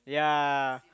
yeah